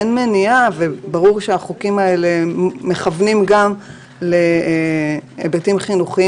אין מניעה וברור שהחוקים האלה מכוונים גם להיבטים חינוכיים